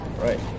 Right